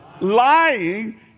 Lying